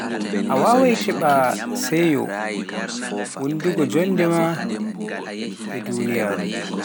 a wawai keɓa seeyo wondugo jonnde maa a duniyaaru.